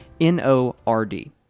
N-O-R-D